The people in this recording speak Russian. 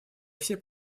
все